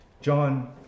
John